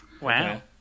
wow